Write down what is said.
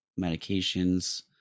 medications